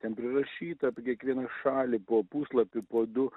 ten prirašyta apie kiekvieną šalį po puslapį po du